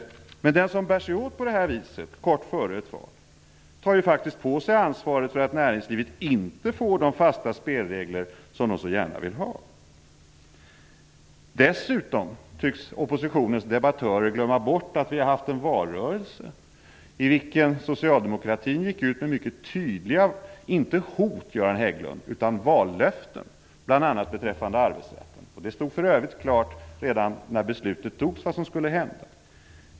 Den som bär sig åt på det här viset kort före ett val tar faktiskt på sig ansvaret för att näringslivet inte får de fasta spelregler som de så gärna vill ha. Dessutom tycks oppositionens debattörer glömma bort att vi har haft en valrörelse i vilken socialdemokratin gick ut med mycket tydliga vallöften, inte hot, Göran Hägglund, bl.a. beträffande arbetsrätten. Det stod för övrigt klart vad som skulle hända redan när beslutet fattades.